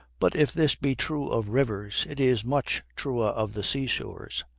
but if this be true of rivers, it is much truer of the sea-shores,